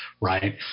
right